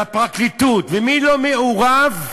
והפרקליטות, ומי לא מעורב.